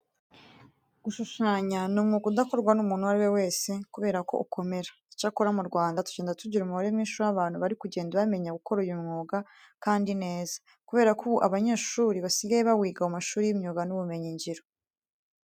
Gushushanya ni umwuga udakorwa n'umuntu uwo ari we wese kubera ko ukomera. Icyakora mu Rwanda tugenda tugira umubare mwinshi w'abantu bari kugenda bamenya gukora uyu mwuga kandi neza kubera ko ubu abanyeshuri basigaye bawiga mu mashuri y'imyuga n'ubumenyingiro.